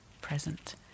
present